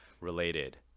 related